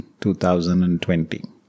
2020